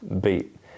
beat